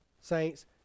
saints